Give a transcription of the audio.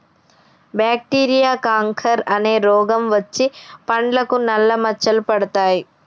bacteria canker అనే రోగం వచ్చి పండ్లకు నల్ల మచ్చలు పడతాయి